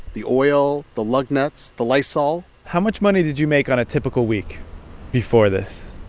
the oil, the lug nuts, the lysol how much money did you make on a typical week before this?